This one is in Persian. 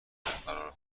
فرار